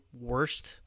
worst